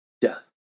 death